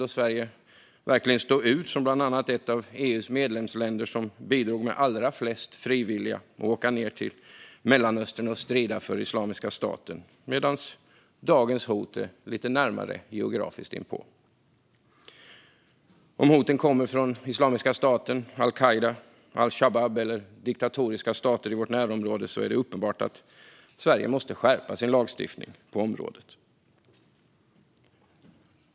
Då stod Sverige bland annat ut som ett av de medlemsländer i EU som hade allra flest frivilliga som åkte ned till Mellanöstern för att strida för Islamiska staten, medan dagens hot finns lite närmare inpå oss rent geografiskt. Men oavsett om hoten kommer från Islamiska staten, alQaida, al-Shabab eller diktatoriska stater i vårt närområde är det uppenbart att Sverige måste skärpa sin lagstiftning på området.